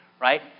Right